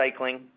recycling